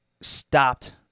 stopped